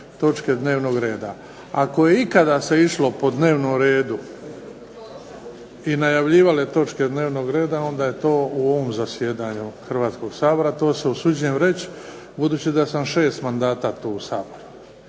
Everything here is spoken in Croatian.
točke dnevnog reda. Ako se ikada išlo po dnevnom redu i najavljivale točke dnevnog reda, onda je to u ovom zasjedanju Hrvatskog sabora. To se usuđujem reći, budući da sam 6 mandata tu u Saboru.